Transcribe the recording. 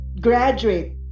graduate